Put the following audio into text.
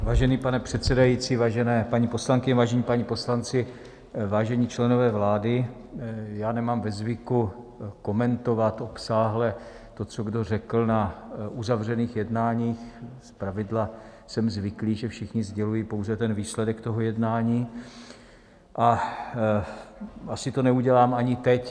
Vážený pane předsedající, vážené paní poslankyně, vážení páni poslanci, vážení členové vlády, nemám ve zvyku komentovat obsáhle to, co kdo řekl na uzavřených jednáních, zpravidla jsem zvyklý, že všichni sdělují pouze výsledek toho jednání, a asi to neudělám ani teď.